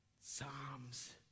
Psalms